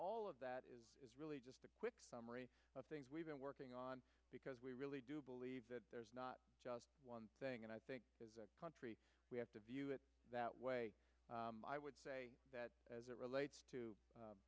all of that is is really just a quick summary of things we've been working on because we really do believe that there's not just one thing and i think as a country we have to view it that way i would say that as it relates to